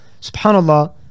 SubhanAllah